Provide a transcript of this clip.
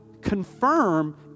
confirm